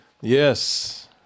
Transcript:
Yes